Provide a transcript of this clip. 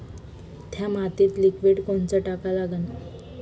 थ्या मातीत लिक्विड कोनचं टाका लागन?